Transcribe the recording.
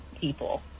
people